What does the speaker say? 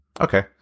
okay